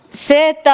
se että